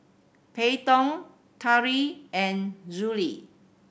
Peyton Tari and Zollie